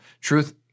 Truth